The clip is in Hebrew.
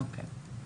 אוקיי.